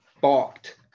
balked